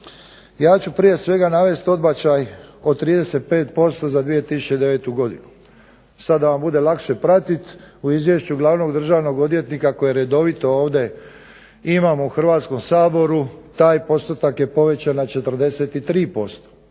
Ja ću prije svega navesti odbačaj od 35% za 2009. godinu. Sada da vam bude lakše pratiti o izvješću glavnog državnog odvjetnika koji redovito ovdje imamo u Hrvatskom saboru. taj postotak je povećan na 43%.